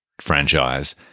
franchise –